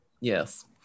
Yes